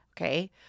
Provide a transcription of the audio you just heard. Okay